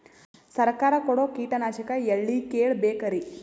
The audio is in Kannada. ಸರಕಾರ ಕೊಡೋ ಕೀಟನಾಶಕ ಎಳ್ಳಿ ಕೇಳ ಬೇಕರಿ?